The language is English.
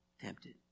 tempted